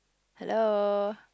hello